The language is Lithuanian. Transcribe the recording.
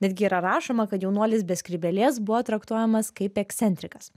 netgi yra rašoma kad jaunuolis be skrybėlės buvo traktuojamas kaip ekscentrikas